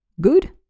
Good